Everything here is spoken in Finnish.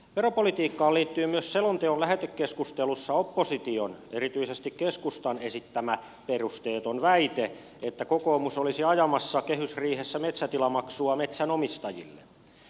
veropolitiikkaan liittyy myös selonteon lähetekeskustelussa opposition erityisesti keskustan esittämä perusteeton väite että kokoomus olisi ajamassa kehysriihessä metsätilamaksua metsänomistajille